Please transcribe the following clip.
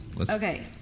Okay